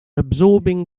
absorbing